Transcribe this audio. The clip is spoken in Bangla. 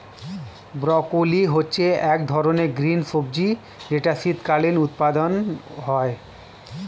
ব্রকোলি হচ্ছে এক ধরনের গ্রিন সবজি যেটার শীতকালীন উৎপাদন হয়ে